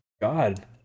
God